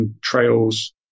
trails